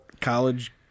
College